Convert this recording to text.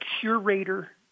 curator